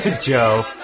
joe